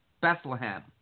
Bethlehem